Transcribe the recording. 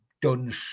done